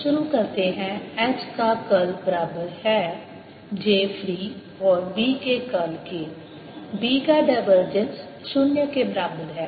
शुरू करते हैं H का कर्ल बराबर है j फ्री और B के कर्ल के B का डायवर्जेंस शून्य के बराबर है